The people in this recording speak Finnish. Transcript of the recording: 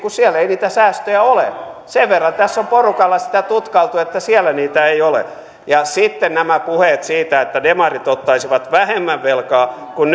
kun siellä ei niitä säästöjä ole sen verran tässä on porukalla sitä tutkailtu että siellä niitä ei ole ja sitten nämä puheet siitä että demarit ottaisivat vähemmän velkaa kuin